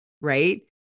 right